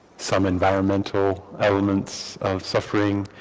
some environmental elements of suffering.